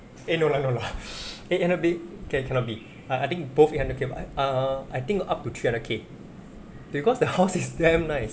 eh no lah no lah eh end up be can cannot be I I think both eight hundred K but I err I think up to three hundred K because the house is damn nice